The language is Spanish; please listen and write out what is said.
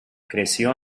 creció